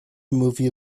movie